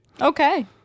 Okay